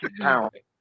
pounding